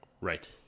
Right